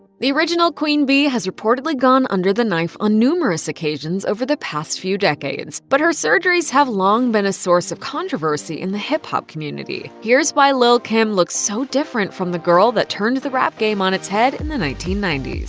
the original queen bee has reportedly gone under the knife on numerous occasions over the past few decades. but her surgeries have long been a source of controversy in the hip-hop community. here's why lil kim looks so different from the girl that turned the rap game on its head in the nineteen ninety s.